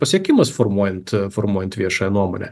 pasiekimas formuojant formuojant viešąją nuomonę